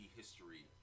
history